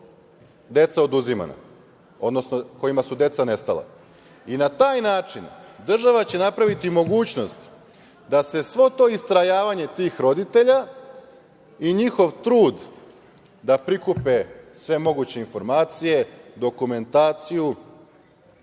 deca oduzimana, odnosno kojima su deca nestala. Na taj način, država će napraviti mogućnost da se svo to istrajavanje tih roditelja i njihov trud da prikupe sve moguće informacije, dokumentaciju,